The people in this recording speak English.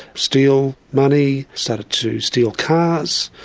steal money, started to steal cars,